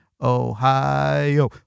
Ohio